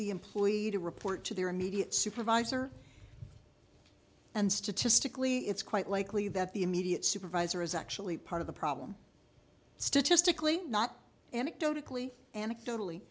the employee to report to their immediate supervisor and statistically it's quite likely that the immediate supervisor is actually part of the problem statistically not anecdotally anecdotally